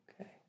Okay